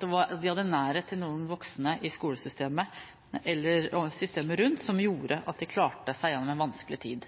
De hadde nærhet til noen voksne i skolesystemet, eller systemet rundt, som gjorde at de klarte seg gjennom en vanskelig tid.